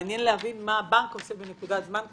מעניין להבין מה הבנק עושה בנקודת זמן כזאת.